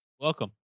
welcome